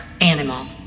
Animal